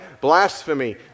blasphemy